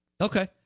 Okay